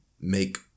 make